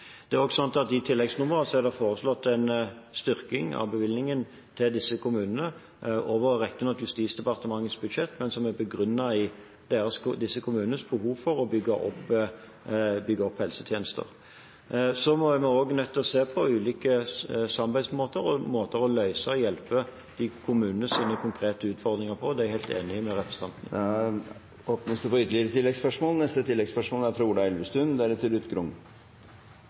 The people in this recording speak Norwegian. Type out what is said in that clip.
I tilleggsnummeret er det også foreslått en styrking av bevilgningen til disse kommunene, riktignok over Justisdepartementets budsjett, men begrunnet i disse kommunenes behov for å bygge opp helsetjenester. Vi er også nødt til å se på ulike samarbeidsmåter for å hjelpe de kommunene som har konkrete utfordringer. Det er jeg helt enig med representanten i. Det åpnes for oppfølgingsspørsmål – først Ola Elvestuen. De nordiske landene mottar til sammen mange flyktninger og asylsøkere. I antall varierer det